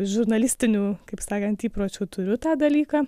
žurnalistinių kaip sakant įpročių turiu tą dalyką